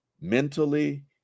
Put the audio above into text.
mentally